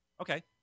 Okay